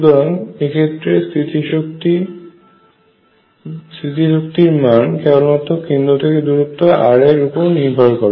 সুতরাং এক্ষেত্রে স্থিতি শক্তির মান কেবলমাত্র কেন্দ্র থেকে দূরত্ব r এর উপর নির্ভর করে